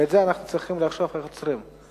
ואנחנו צריכים לחשוב איך עוצרים את זה.